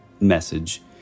message